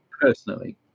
personally